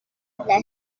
tablet